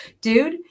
dude